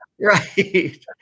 Right